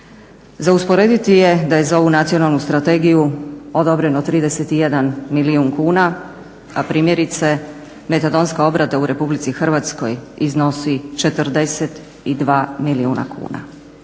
Za usporediti je da je za ovu Nacionalnu strategiju odobreno 31 milijun kuna, a primjerice metadonska obrada u RH iznosi 42 milijuna kuna.